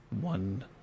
One